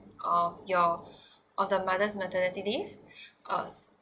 of your of the mother's maternity leave or